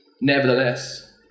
Nevertheless